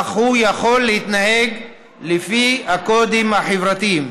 אך הוא יכול להתנהג לפי הקודים החברתיים,